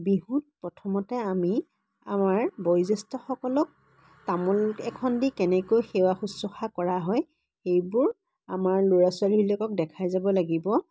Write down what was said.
বিহুত প্ৰথমতে আমি আমাৰ বয়োজ্যেষ্ঠসকলক তামোল এখন দি কেনেকৈ সেৱা শুশ্ৰূষা কৰা হয় এইবোৰ আমাৰ ল'ৰা ছোৱালীবিলাকক দেখাই যাব লাগিব